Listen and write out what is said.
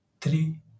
three